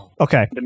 Okay